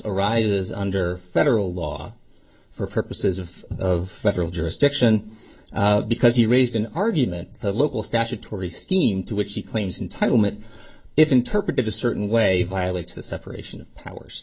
arises under federal law for purposes of of federal jurisdiction because he raised an argument the local statutory scheme to which he claims in title meant if interpreted a certain way violates the separation